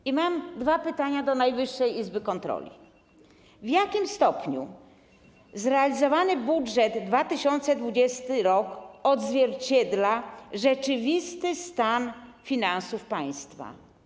I mam dwa pytania do Najwyższej Izby Kontroli: W jakim stopniu zrealizowany budżet 2020 r. odzwierciedla rzeczywisty stan finansów państwa?